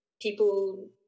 people